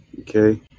okay